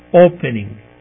opening